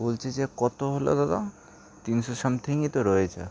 বলছি যে কত হলো দাদা তিনশো সামথিংই তো রয়েছে